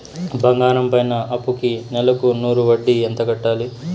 బంగారం పైన అప్పుకి నెలకు నూరు వడ్డీ ఎంత కట్టాలి?